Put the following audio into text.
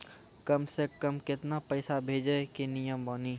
कम से कम केतना पैसा भेजै के नियम बानी?